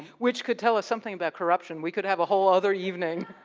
which could tell us something about corruption. we could have a whole other evening.